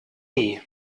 nie